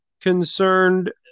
concerned